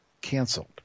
canceled